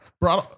bro